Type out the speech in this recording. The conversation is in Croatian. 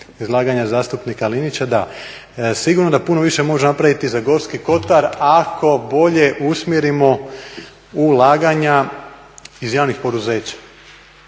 izlaganja zastupnika Linića. Da, sigurno da puno više možemo napraviti za Gorski kotar ako bolje usmjerimo ulaganja iz javnih poduzeća.